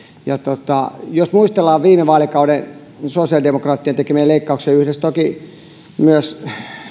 jos muistellaan viime vaalikaudella sosiaalidemokraattien tekemiä leikkauksia toki yhdessä myös